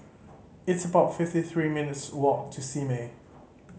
it's about fifty three minutes' walk to Simei